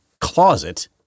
closet